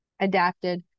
adapted